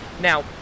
Now